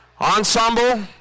Ensemble